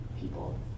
people